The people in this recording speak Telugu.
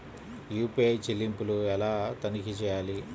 యూ.పీ.ఐ చెల్లింపులు ఎలా తనిఖీ చేయాలి?